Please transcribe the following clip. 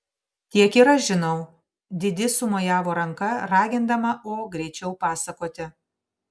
tiek ir aš žinau didi sumojavo ranka ragindama o greičiau pasakoti